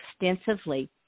extensively